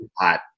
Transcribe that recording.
Hot